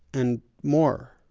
and more.